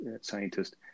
scientist